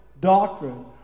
doctrine